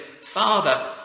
Father